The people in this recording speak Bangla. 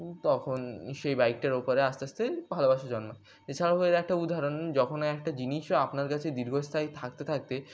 তখন সেই বাইকটার ওপরে আস্তে আস্তে ভালোবাসা জন্মায় এছাড়াও এর একটা উদাহরণ যখন একটা জিনিসও আপনার কাছে দীর্ঘস্থায়ী থাকতে থাকতে